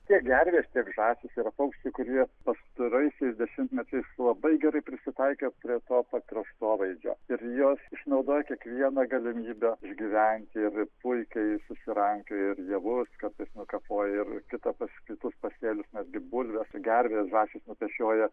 tiek gervės tiek žąsys yra paukščiai kurie pastaraisiais dešimtmečiais labai gerai prisitaikė prie to pakraštovaizdžio ir jos išnaudoja kiekvieną galimybę išgyventi ir puikiai susirankioja ir javus kartais nukapoja ir kita kitus pasėlius netgi bulves gervės žąsys nupešioja